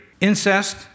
incest